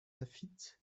laffitte